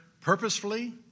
purposefully